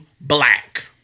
black